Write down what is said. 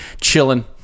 chilling